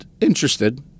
interested